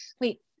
wait